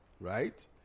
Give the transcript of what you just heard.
Right